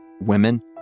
women